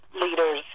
leaders